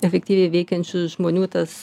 efektyviai veikiančių žmonių tas